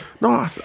No